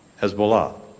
Hezbollah